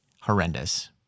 horrendous